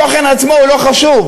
התוכן עצמו הוא לא חשוב,